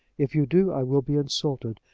if you do, i will be insulted,